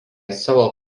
savo